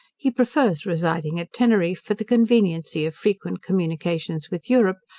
he prefers residing at teneriffe, for the conveniency of frequent communication with europe,